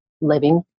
living